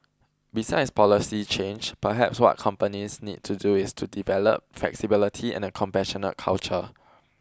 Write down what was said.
besides policy change perhaps what companies need to do is to develop flexibility and a compassionate culture